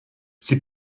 sie